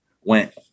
went